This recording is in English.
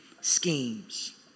schemes